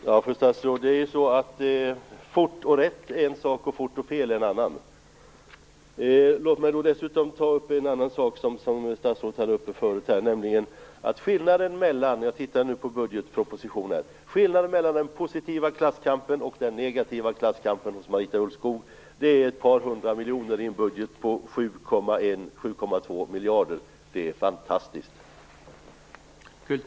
Herr talman! Fort och rätt är en sak, och fort och fel en annan. Låt mig dessutom ta upp en annan sak som statsrådet berörde förut, nämligen skillnaden mellan den positiva klasskampen och den negativa klasskampen hos Marita Ulvskog är ett par hundra miljoner i en budget på 7,2 miljarder. Det är fantastiskt!